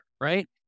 right